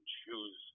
choose